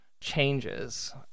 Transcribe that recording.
changes